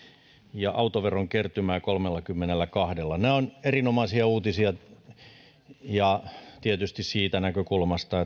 ja autoveron kertymää kolmellakymmenelläkahdella nämä ovat erinomaisia uutisia tietysti siitä näkökulmasta